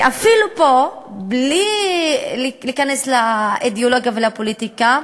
ואפילו פה, בלי להיכנס לאידיאולוגיה ולפוליטיקה,